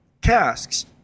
casks